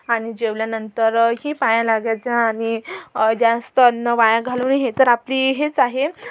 आणि जेवल्यानंतर ही पाय लागायचा आणि जास्त अन्न वाया घालू नये हे तर आपली हेच आहे